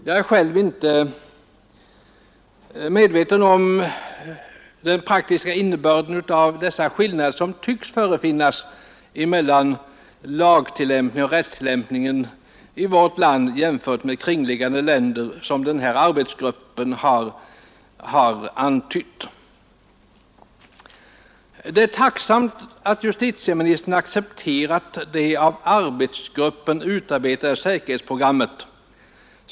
Jag är själv inte medveten om den praktiska innebörden av de skillnader som tycks förefinnas mellan rättstillämpningen i vårt land och i kringliggande länder och som den här arbetsgruppen har antytt. Det är tacknämligt att justitieministern accepterat det av arbetsgruppen utarbetade säkerhetsprogrammet.